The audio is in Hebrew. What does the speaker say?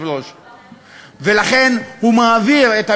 דווקא מעניין.